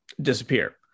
disappear